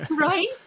right